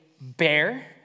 bear